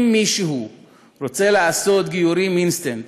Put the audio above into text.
אם מישהו רוצה לעשות גיורים אינסטנט